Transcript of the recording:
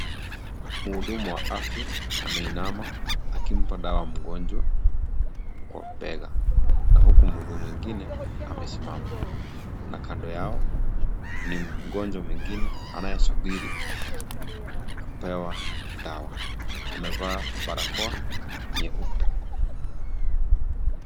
Mhudumu wa afya, ameinama akimpa dawa mgonjwa kwa bega. Na huku mhudumu mwingine amesimama. Na kando yao ni mgonjwa mwingine anayesubiri kupewa dawa. Amevaa barakoa nyeupe.